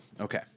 Okay